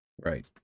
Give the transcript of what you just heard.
Right